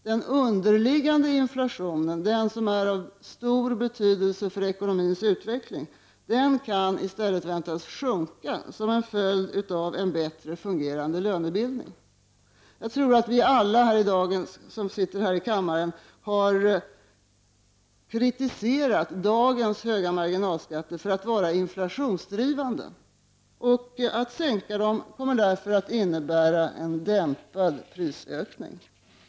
Den underliggande inflationen — den som är av stor betydelse för ekonomins utveckling — kan i stället väntas sjunka som en följd av en bättre fungerande lönebildning. Jag tror att vi alla som sitter här i kammaren har kritiserat dagens höga marginalskatter för att de är inflationsdrivande, och att sänka dem kommer därför att innebära en dämpning av prisökningarna.